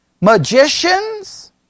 magicians